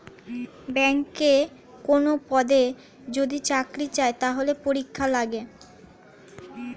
ব্যাংকে কোনো পদে যদি চাকরি চায়, তাহলে পরীক্ষা লাগে